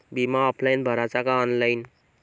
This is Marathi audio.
बिमा ऑफलाईन भराचा का ऑनलाईन?